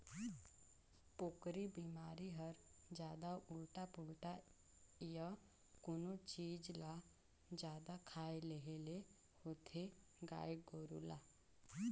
पोकरी बेमारी हर जादा उल्टा पुल्टा य कोनो चीज ल जादा खाए लेहे ले होथे गाय गोरु ल